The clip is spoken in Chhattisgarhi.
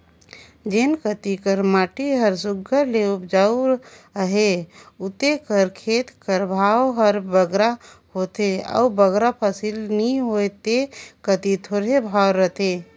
जेन कती कर माटी हर सुग्घर ले उपजउ अहे उते कर खेत कर भाव हर बगरा होथे अउ बगरा फसिल नी होए ते कती थोरहें भाव रहथे